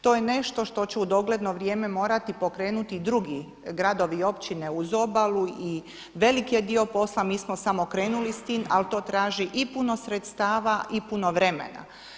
To je nešto što ću u dogledno vrijeme morati pokrenuti drugi gradovi i općine uz obalu i velik je dio posla, mi smo samo krenuli s tim, ali to traži i puno sredstava i puno vremena.